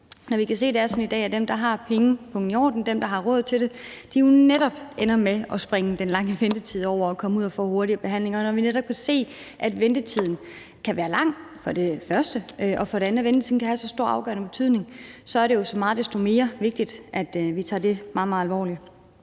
sådan i dag, at dem, der har pengepungen i orden, dem, der har råd til det, netop ender med at springe den lange ventetid over og komme ud og få hurtigere behandling, og når vi netop kan se, at ventetiden for det første kan være lang og for det andet kan have så stor og afgørende betydning, er det jo så meget desto mere vigtigt, at vi tager det meget, meget alvorligt.